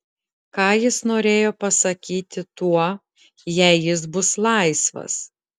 ką jis norėjo pasakyti tuo jei jis bus laisvas